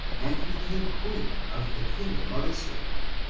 and became queen of the kingdom of israel.